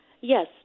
Yes